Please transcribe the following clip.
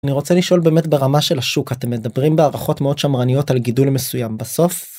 אני רוצה לשאול באמת ברמה של השוק אתם מדברים בהערכות מאוד שמרניות על גידול מסוים בסוף.